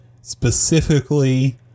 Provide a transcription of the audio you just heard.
specifically